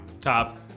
top